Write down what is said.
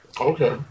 Okay